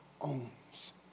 owns